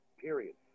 period